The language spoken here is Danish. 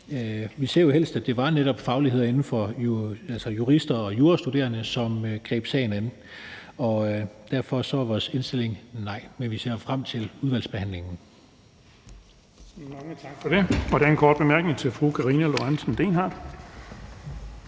Vi ser jo helst, at det netop er jurister og jurastuderende, som griber sagen an. Derfor er vores indstilling nej. Men vi ser frem til udvalgsbehandlingen.